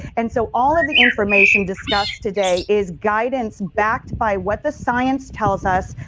and so all of the information discussed today is guidance backed by what the science tells us,